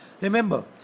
Remember